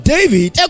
David